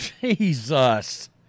Jesus